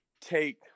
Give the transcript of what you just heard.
take